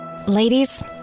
Ladies